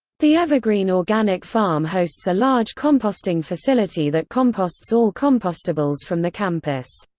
the evergreen organic farm hosts a large composting facility that composts all compostables from the campus.